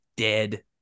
Dead